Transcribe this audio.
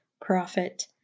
profit